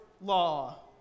law